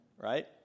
right